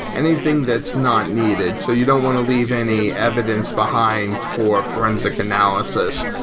anything that's not needed. so you don't want to leave any evidence behind for forensic analysis.